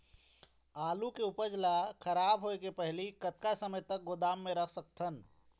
आलू के उपज ला खराब होय के पहली कतका समय तक गोदाम म रख सकत हन?